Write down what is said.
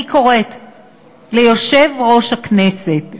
אני קוראת ליושב-ראש הכנסת,